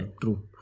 True